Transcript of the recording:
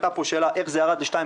הייתה פה שאלה: איך זה ירד ל-2.9?